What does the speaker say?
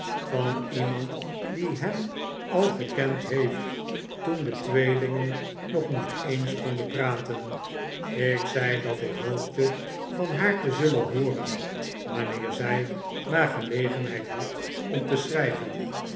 van iemand die hem al gekend heeft toen de tweelingen nog niet eens konden praten ik zei dat ik hoopte van haar te zullen hooren wanneer zij maar gelegenheid had om te schrijven